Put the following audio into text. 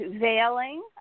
veiling